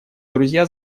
друзья